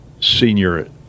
senior